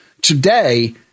Today